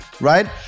right